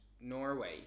Norway